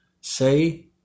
say